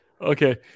Okay